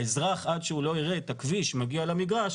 האזרח עד שהוא לא יראה את הכביש מגיע למגרש,